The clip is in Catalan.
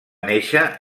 nàixer